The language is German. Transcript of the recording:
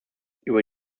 über